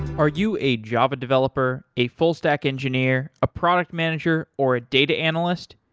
are you a java developer, a full stack engineer, a product manager, or a data analyst?